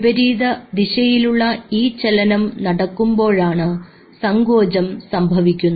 വിപരീത ദിശയിലുള്ള ഈ ചലനം നടക്കുമ്പോഴാണ് സങ്കോചം സംഭവിക്കുന്നത്